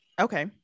okay